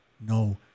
No